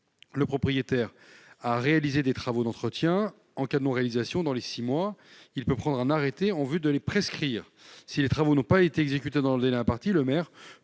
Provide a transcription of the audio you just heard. le propriétaire à réaliser les travaux d'entretien ; en cas de non-réalisation dans les six mois, il peut prendre un arrêté en vue de les prescrire ; si les travaux n'ont pas été exécutés dans le délai imparti, il peut